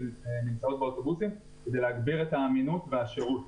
באוטובוסים כדי להגביר את האמינות והשירות.